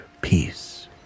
peace